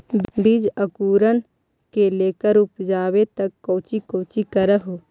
बीज अंकुरण से लेकर उपजाबे तक कौची कौची कर हो?